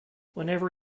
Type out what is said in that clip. whenever